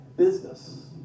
business